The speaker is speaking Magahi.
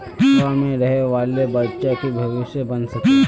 गाँव में रहे वाले बच्चा की भविष्य बन सके?